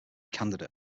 candidate